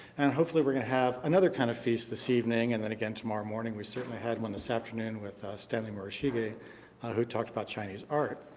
and hopefully, we're going to have another kind of feast this evening and then again tomorrow morning. we certainly had one this afternoon with stanley murashige who talked about chinese art.